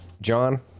john